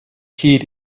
heed